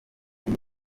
iri